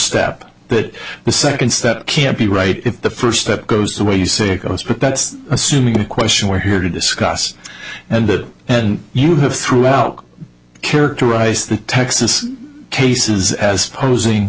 step that the second step can't be right if the first step goes the way you say ghost but that's assuming the question we're here to discuss and that you have throughout characterize the texas cases as posing